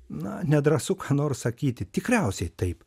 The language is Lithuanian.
na nedrąsu ką nors sakyti tikriausiai taip